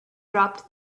dropped